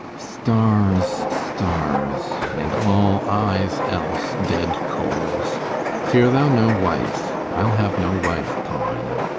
stars, stars, and all eyes else dead coals fear thou no wife i'll have no wife, paulina.